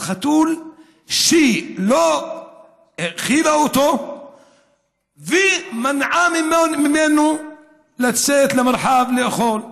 על חתול שהיא לא האכילה אותו ומנעה ממנו לצאת למרחב לאכול.